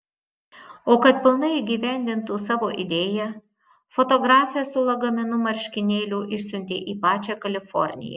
o kad pilnai įgyvendintų savo idėją fotografę su lagaminu marškinėlių išsiuntė į pačią kaliforniją